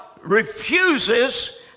refuses